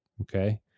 okay